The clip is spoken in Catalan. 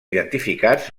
identificats